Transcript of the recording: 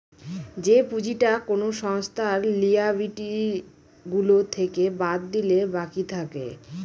যে পুঁজিটা কোনো সংস্থার লিয়াবিলিটি গুলো থেকে বাদ দিলে বাকি থাকে